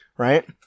right